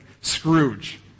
Scrooge